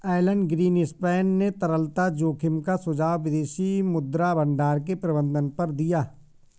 Elon Greenspan ने तरलता जोखिम का सुझाव विदेशी मुद्रा भंडार के प्रबंधन पर दिया